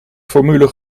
formule